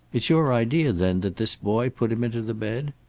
it's your idea, then, that this boy put him into the bed?